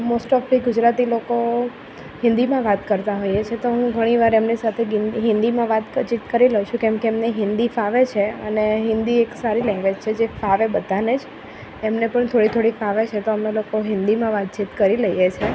most of તો ગુજરાતી લોકો હિન્દીમાં વાત કરતા હોઈએ છે તો હું ઘણી વાર એમની સાથે હિન્દીમાં વાતચીત કરી લઉં છું કેમ કે એમને હિન્દી ફાવે છે અને હિન્દી એક સારી લેંગ્વેજ છે જે ફાવે બધાને જ તમને કોઈને થોડી થોડી ફાવે છે તો અમે લોકો હિન્દીમાં વાતચીત કરી લઈએ છીએ